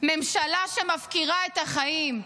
ממשלה שמפקירה את החיים,